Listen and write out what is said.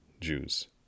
Jews